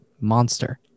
monster